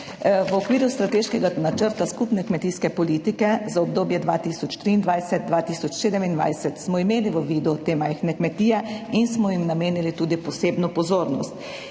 V okviru strateškega načrta skupne kmetijske politike za obdobje 2023–2027 smo imeli v uvidu te majhne kmetije in smo jim namenili tudi posebno pozornost.